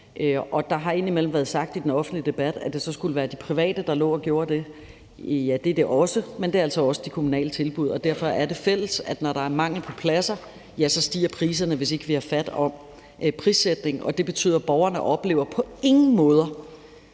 og der har så indimellem været sagt i den offentlige debat, at det skulle være de private, der lå og gjorde det – ja, det er det også, men det er altså også de kommunale tilbud. Derfor er det fælles, at når der er mangel på pladser, stiger priserne, hvis ikke vi har fat om prissætningen, og det betyder, at borgerne på ingen måder